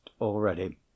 already